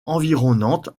environnantes